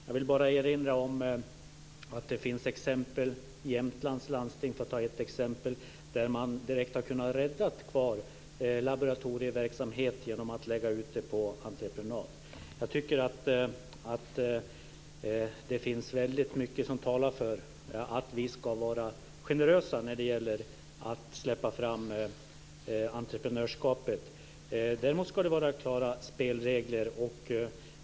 Jag vill bara erinra om att det finns exempel - Jämtlands landsting är ett - där man direkt har kunnat rädda kvar laboratorieverksamhet genom att lägga ut den på entreprenad. Jag tycker att det finns väldigt mycket som talar för att vi ska vara generösa när det gäller att släppa fram entreprenörskapet. Däremot ska det vara klara spelregler.